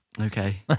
Okay